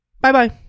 Bye-bye